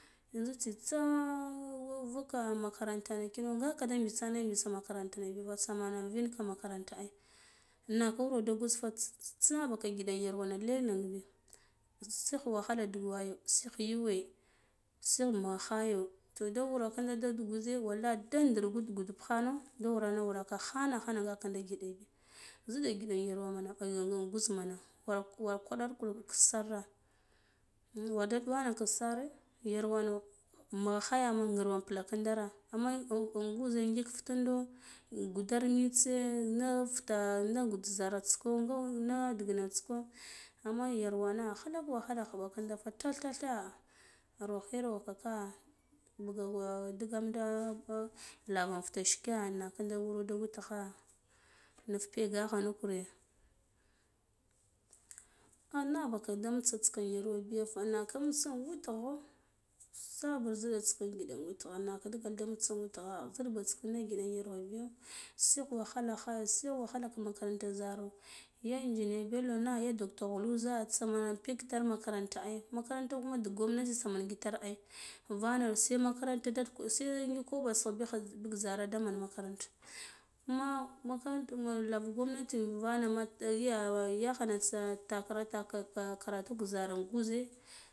Yanzu tsita vuka makaranta na kino nga ka de mbitsi ne mbitsan makaranta na bi tsamana invinka makaranta ai naka wuro nda gwuzfa tsi tsinabika gidi yarwane lengleng bi tsigh wahalo ndigh wayo sigh yuwe sigh mughe khayo to da wura nkinda da chigo ze wallahi ag rda git gub gudut hano da wuranaka wurakhana khana nga ka da giɗa bi zidi giɗa yirwama in gwuzmana war warkwaɗats kur vuk saan wa da ɗuwa nik sire yarwana khayana ma gu ngirwa da plakindara amma in gwuze ngik fitindo guɗir mitse na fita da gud zarata ko nga na adiginats ko amma yarwana khalak wahala khuɓa kinda tik tatka gurwa khiyarr ka bugwa ka digam da lava in fiti shike da wuro da witgha nuf pegana kure at nagh bika da imtsa yarwa biya fa naka imtsa witgho sabir ziɗa ngiɗa in witgha nake da diga da intsi in witghe ziɗba kits kinde ngiɗe yarwabiya sigh wahala kha sigh wakhala kha makaranta zaro ya engineer bello na doctor gluzhe mani dig tare makaranta ai gomnati tsi mana itr ai invana se makaranta dad se ngik koɓo se bigha zara daman makaranta kuma makaranta mana lawa gomnati invanama da viya ta khana tsa takira take karatu ga zura in gwuze.